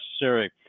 necessary